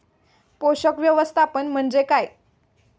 पोषक व्यवस्थापन म्हणजे काय?